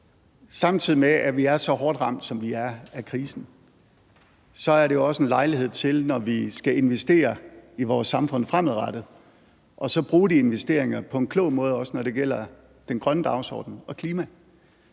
samtidig med at vi er så hårdt ramt af krisen, som vi er, så også er en lejlighed til, når vi skal investere i vores samfund fremadrettet, at bruge de investeringer på en klog måde, også når det gælder den grønne dagsorden og klima.